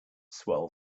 swell